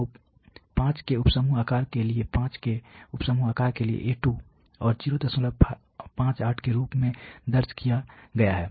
तो 5 के उप समूह आकार के लिए 5 के उप समूह आकार के लिए A2 को 058 के रूप में दर्ज किया गया है